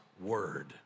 Word